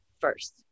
first